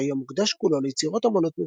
שהיה מוקדש כולו ליצירות אמנות מקוריות,